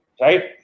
Right